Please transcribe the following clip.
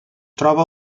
troba